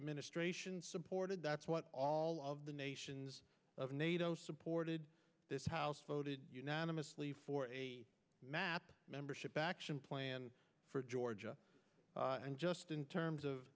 administration supported that's what all of the nations of nato supported this house voted unanimously for map membership action plan for georgia and just in terms of